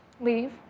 Leave